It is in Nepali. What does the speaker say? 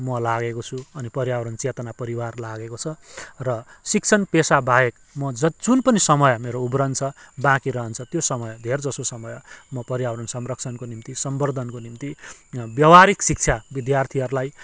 म लागेको छु अनि पर्यावरण चेतना परिवार लागेको छ र शिक्षण पेसाबाहेक म जति जुन पनि समय मेरो उब्रन्छ बाँकी रहन्छ त्यो समय धेर जसो समय म पर्यावरण संरक्षणको निम्ति संवर्द्धनको निम्ति व्यावहारिक शिक्षा विद्यार्थीहरूलाई